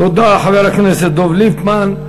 תודה, חבר הכנסת דב ליפמן.